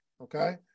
okay